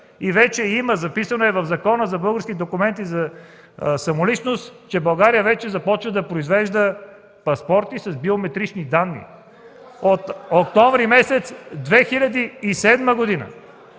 и вече има, записано е в Закона за българските документи за самоличност, че България вече започва да произвежда паспорти с биометрични данни. От октомври 2007 г.!